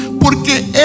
Porque